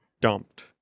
dumped